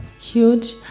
huge